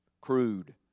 crude